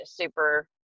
super